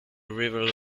river